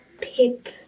Pip